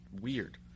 weird